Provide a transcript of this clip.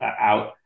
out